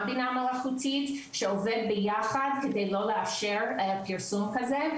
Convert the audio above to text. "בינה מלאכותית" שעובדים ביחד כדי לא לאפשר פרסום כזה.